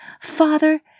Father